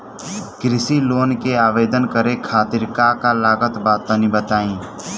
कृषि लोन के आवेदन करे खातिर का का लागत बा तनि बताई?